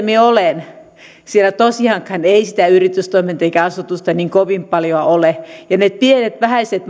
minä olen tosiaankaan ei sitä yritystoimintaa eikä asutusta niin kovin paljoa ole ja kyllähän ne pienet vähäiset